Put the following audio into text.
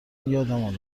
یادمون